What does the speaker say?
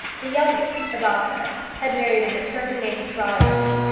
the youngest, a daughter, had married an attorney named brodrick,